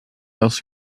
else